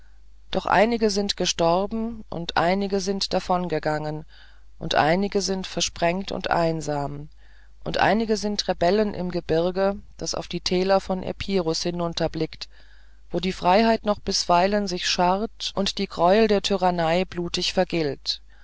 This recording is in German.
doch einige sind gestorben und einige sind davon gegangen und einige sind versprengt und einsam und einige sind rebellen im gebirge das auf die täler von epirus hinunterblickt wo die freiheit noch bisweilen sich schart und die greuel der tyrannei blutig vergilt